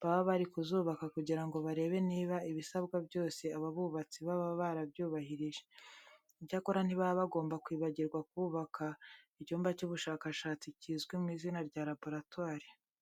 baba bari kuzubaka kugira ngo barebe niba ibisabwa byose aba bubatsi baba barabyubahirije. Icyakora ntibaba bagomba kwibagirwa kubaka icyumba cy'ubushakashatsi kizwi ku izina rya laboratwari.